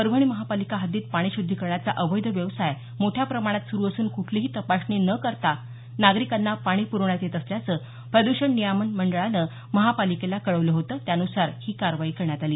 परभणी महापालिका हद्दीत पाणी शुद्धीकरणाचा अवैध व्यवसाय मोठ्या प्रमाणात सुरू असून कुठलीही तपासणी न करता नागरिकांना पाणी प्रवण्यात येत असल्याचं प्रद्षण नियामक मंडळाने महापालिकेला कळवलं होतं त्यानुसार ही कारवाई करण्यात आली